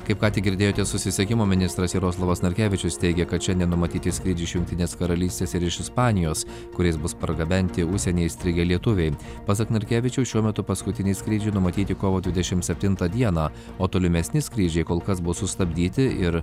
kaip ką tik girdėjote susisiekimo ministras jaroslavas narkevičius teigia kad šiandien numatyti skrydžiai iš jungtinės karalystės ir iš ispanijos kuriais bus pargabenti užsienyje įstrigę lietuviai pasak narkevičiaus šiuo metu paskutiniai skrydžiai numatyti kovo dvidešimt septintą dieną o tolimesni skrydžiai kol kas bus sustabdyti ir